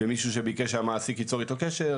ומישהו שביקש שהמעסיק ייצור איתו קשר,